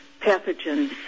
pathogens